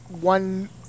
one